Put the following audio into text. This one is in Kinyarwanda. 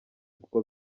kuko